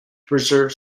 preserve